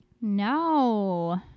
No